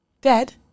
Dead